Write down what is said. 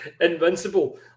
invincible